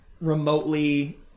remotely